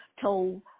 told